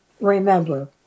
remember